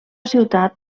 ciutat